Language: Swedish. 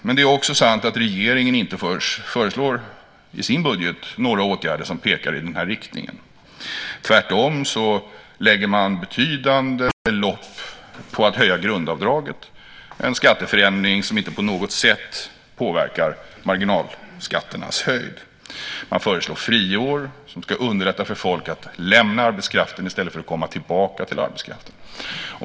Men det är också sant att regeringen inte i sin budget föreslår några åtgärder som pekar i den riktningen. Tvärtom lägger man betydande belopp på att höja grundavdraget. Det är en skatteförändring som inte på något sätt påverkar marginalskatternas höjd. Man föreslår friår som ska underlätta för människor att lämna arbetskraften i stället för att komma tillbaka till arbetskraften.